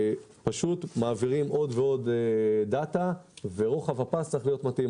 פשוט מעבירים עוד ועוד דאטה ורוחב הפס צריך להיות מתאים,